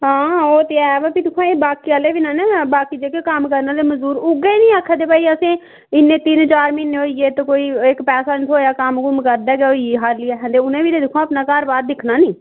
हां ओह् ते है पर भी दिक्खो हां एह् बाकी आह्ले बी न ना बाकी जेह्के कम्म करने आह्ले मजदूर उ'ऐ निं आक्खा दे भई असें इन्ने तिन्न चार म्हीने होई गे ते कोई इक पैसा निं थ्होएआ कम्म कुम्म करदे गै होई गेआ खाल्ली असें ते उ'नें बी ते दिक्खो आं अपना घर बाह्र दिक्खना निं